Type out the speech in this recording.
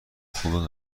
خوبه